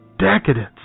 decadence